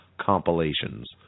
compilations